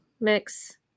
mix